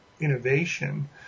innovation